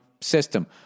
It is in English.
system